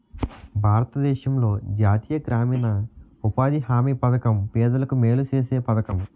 భారతదేశంలో జాతీయ గ్రామీణ ఉపాధి హామీ పధకం పేదలకు మేలు సేసే పధకము